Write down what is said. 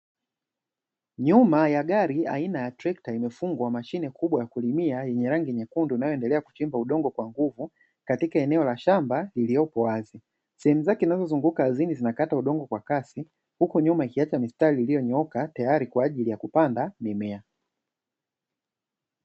Nyuma ya gari aina ya trekta imefungwa mashine kubwa ya kulimia yenye rangi nyekundu inayoendelea kuchimba udongo kwa nguvu katika eneo la shamba iliyoko wazi. Sehemu zake zinazozunguka ardhini zinakata udongo kwa kasi huku nyuma ikiacha mistari iliyonyooka tayari kwa ajili ya kupanda mimea.